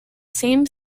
same